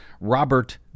Robert